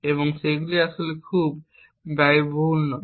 এবং সেগুলি আসলে খুব ব্যয়বহুল নয়